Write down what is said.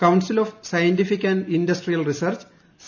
council of scientific and industrial research C